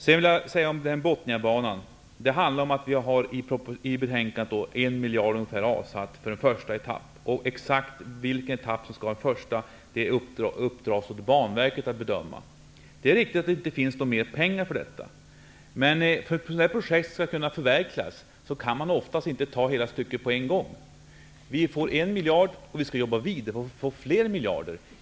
För Bothniabanan har utskottet föreslagit att ungefär en miljard skall avsättas för en första etapp. Exakt vilken etapp som skall vara den första uppdras det åt Banverket att bedöma. Det är riktigt att det inte finns några mer pengar för detta. Men för att ett sådant här projekt skall kunna förverkligas går det oftast inte att ta hela stycket på en gång. Vi får nu en miljard, och vi skall jobba vidare på att få fler miljarder.